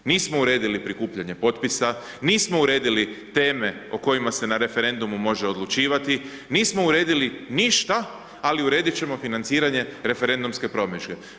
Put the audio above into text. Nismo uredili prikupljanje potpisa, nismo uredili teme o kojima se na referendumu može odlučivati, nismo uredili ništa ali urediti ćemo financiranje referendumske promidžbe.